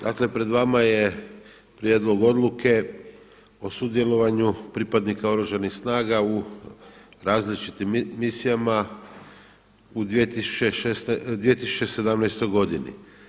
Dakle pred vama je prijedlog odluke o sudjelovanju pripadnika oružanih snaga u različitim misijama u 2017. godini.